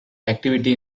activity